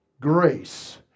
grace